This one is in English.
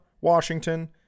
Washington